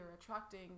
attracting